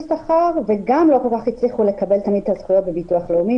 שכר וגם לא כל כך הצליחו לקבל תמיד את הזכויות בביטוח הלאומי,